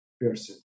person